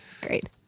great